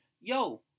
yo